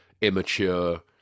immature